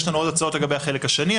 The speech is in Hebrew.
יש לנו עוד הצעות לגבי חלק השני,